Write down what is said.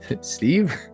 Steve